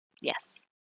Yes